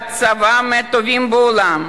בעלת צבא מהטובים בעולם.